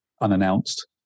unannounced